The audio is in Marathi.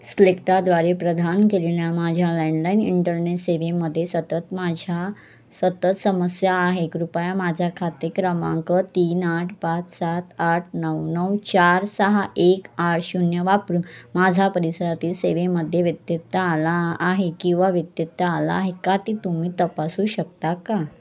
स्प्लिकटाद्वारे प्रदान केलेल्या माझ्या लँडलाईन इंटरनेट सेवेमध्ये सतत माझ्या सतत समस्या आहे कृपया माझ्या खाते क्रमांक तीन आठ पाच सात आठ नऊ नऊ चार सहा एक आठ शून्य वापरून माझा परिसरातील सेवेमध्ये व्यत्यत्ता आला आहे किंवा व्यत्यत्ता आला आहे का ते तुम्ही तपासू शकता का